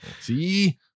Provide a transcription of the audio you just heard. See